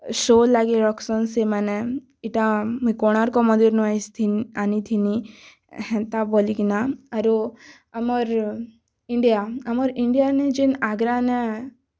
show ଲାଗି ରଖସନ୍ ସେମାନେ ଇଟା ମୁଇଁ କୋଣାର୍କ ମନ୍ଦିରନୁ ଆସିଥି ଆନିଥିନି ହେନ୍ତା ବୋଲିକିନା ଆରୁ ଆମର୍ ଇଣ୍ଡିଆ ଆମର୍ ଇଣ୍ଡିଆନେ ଜେନ୍ ଆଗ୍ରାନେ